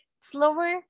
slower